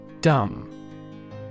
Dumb